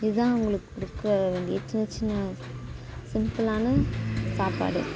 இதுதான் அவங்களுக்கு கொடுக்க வேண்டிய சின்ன சின்ன சிம்பிளான சாப்பாடு